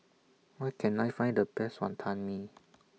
Where Can I Find The Best Wonton Mee